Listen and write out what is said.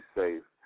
safe